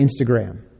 Instagram